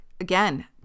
again